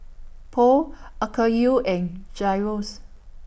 Pho Okayu and Gyros